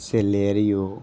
Celerio